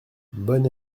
bonne